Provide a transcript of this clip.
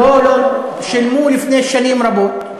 לא לא לא, שילמו לפני שנים רבות,